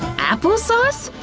apple sauce?